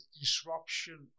disruption